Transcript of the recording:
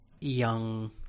young